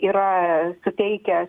yra suteikęs